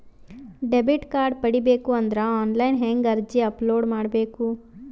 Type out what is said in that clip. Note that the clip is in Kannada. ಡೆಬಿಟ್ ಕಾರ್ಡ್ ಪಡಿಬೇಕು ಅಂದ್ರ ಆನ್ಲೈನ್ ಹೆಂಗ್ ಅರ್ಜಿ ಅಪಲೊಡ ಮಾಡಬೇಕು?